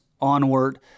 onward